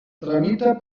tramita